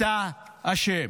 אתה אשם.